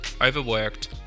overworked